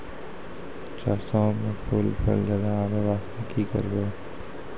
सरसों म फूल फल ज्यादा आबै बास्ते कि करबै?